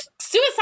suicide